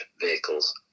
vehicles